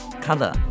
color